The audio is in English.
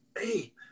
hey